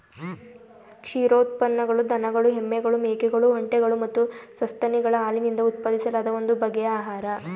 ಕ್ಷೀರೋತ್ಪನ್ನಗಳು ದನಗಳು ಎಮ್ಮೆಗಳು ಮೇಕೆಗಳು ಒಂಟೆಗಳು ಮತ್ತು ಸಸ್ತನಿಗಳ ಹಾಲಿನಿಂದ ಉತ್ಪಾದಿಸಲಾದ ಒಂದು ಬಗೆಯ ಆಹಾರ